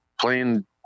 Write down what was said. playing